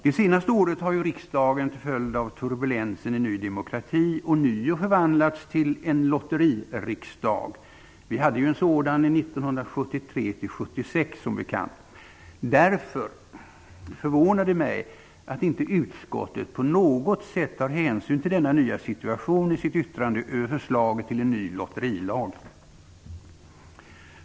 Det senaste året har riksdagen till följd av turbulensen i Ny demokrati ånyo förvandlats till en lotteririksdag. Vi hade en sådan åren 1973--1976, som bekant. Därför förvånar det mig att inte utskottet på något sätt tar hänsyn till denna nya situation i sitt yttrande över förslaget till en ny lotterilag.